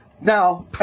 now